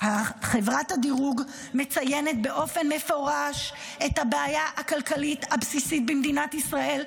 חברת הדירוג מציינת באופן מפורש את הבעיה הכלכלית הבסיסית במדינת ישראל,